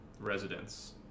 residents